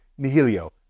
nihilio